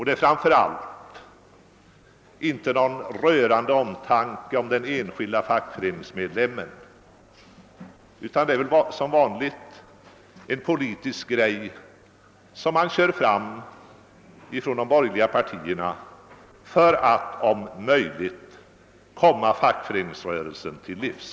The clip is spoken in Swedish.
Det är inte fråga om någon rörande omtanke om den enskilda fackföreningsmedlemmen, utan det är som vanligt en politisk grej som de borgerliga partierna för fram för att om möjligt komma fackföreningsrörelsen till livs.